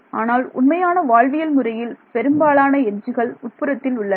ஆனால் உண்மையான வாழ்வியல் முறையில் பெரும்பாலான எட்ஜுகள் உட்புறத்தில் உள்ளன